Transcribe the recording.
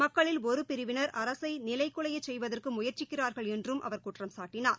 மக்களில் ஒரு பிரிவினா் அரசை நிலைகுவையச் செய்வதற்கு முயற்சிக்கிறா்கள் என்றும் அவா் குற்றம்சாட்டினார்